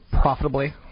profitably